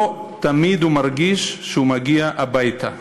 לא תמיד הוא מרגיש שהוא מגיע הביתה.